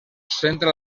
centra